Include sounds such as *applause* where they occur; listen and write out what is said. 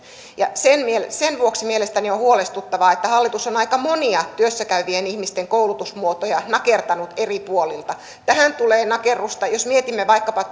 sen sen vuoksi mielestäni on huolestuttavaa että hallitus on aika monia työssä käyvien ihmisten koulutusmuotoja nakertanut eri puolilta tähän tulee nakerrusta jos mietimme vaikkapa *unintelligible*